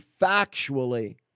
factually